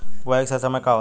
बुआई के सही समय का होला?